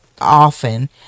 often